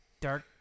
dark